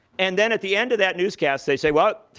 and then at the end of that newscast, they say, well,